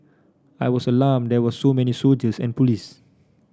I was alarmed there were so many soldiers and police